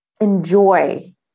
enjoy